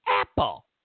Apple